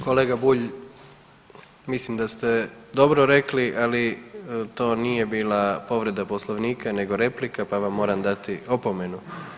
Kolega Bulj, mislim da ste dobro rekli, ali to nije bila povreda Poslovnika nego replika pa vam moram dati opomenu.